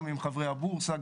גם עם חברי הבורסה.